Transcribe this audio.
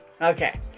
Okay